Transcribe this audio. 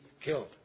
killed